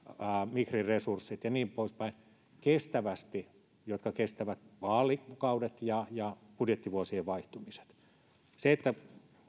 migrin resurssit ja niin poispäin kestävästi niin että ne kestävät vaalikausien ja budjettivuosien vaihtumiset sen sijaan että